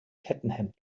kettenhemd